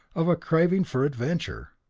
of a craving for adventure.